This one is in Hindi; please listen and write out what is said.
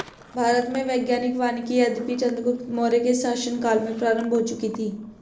भारत में वैज्ञानिक वानिकी यद्यपि चंद्रगुप्त मौर्य के शासन काल में प्रारंभ हो चुकी थी